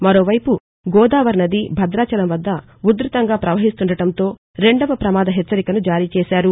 మరోవైపు గోదావరి నది భదాచలం వద్ద ఉధృతంగా ప్రపహిస్తుండటంతో రెండవ ప్రమాద హెచ్చరికను జారీచేశారు